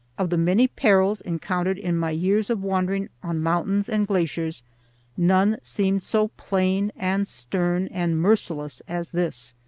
of the many perils encountered in my years of wandering on mountains and glaciers none seemed so plain and stern and merciless as this.